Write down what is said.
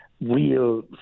real